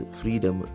freedom